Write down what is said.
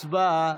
הצבעה.